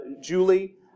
Julie